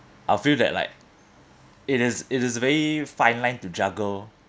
I feel that like it is it is very fine line to juggle